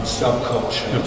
subculture